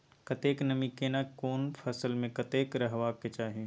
कतेक नमी केना कोन फसल मे कतेक रहबाक चाही?